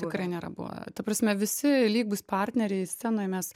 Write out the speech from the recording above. tikrai nėra buve ta prasme visi lygūs partneriai scenoj mes